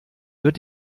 wird